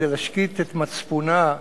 כדי להשקיט את מצפונה,